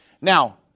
Now